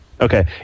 Okay